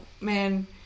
man